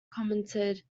commented